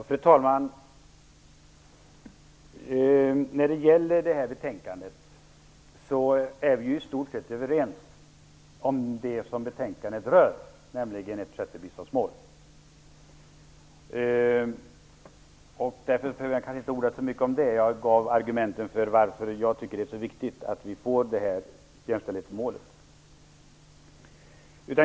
Fru talman! Vi är i stort sett överens om det som betänkandet rör, nämligen ett sjätte biståndsmål. Därför behöver jag kanske inte orda så mycket om det. Jag talade om varför jag tycker att det är så viktigt med detta jämställdhetsmål.